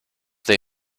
they